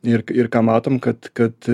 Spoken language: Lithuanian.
ir ir ką matom kad kad